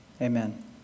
Amen